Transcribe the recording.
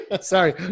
Sorry